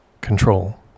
control